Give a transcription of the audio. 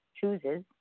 chooses